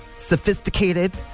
sophisticated